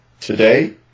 today